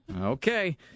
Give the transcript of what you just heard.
Okay